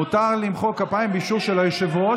מותר למחוא כפיים באישור של היושב-ראש,